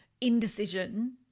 indecision